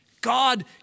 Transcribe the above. God